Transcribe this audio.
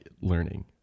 learning